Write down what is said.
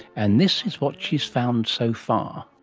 and this is what she has found so far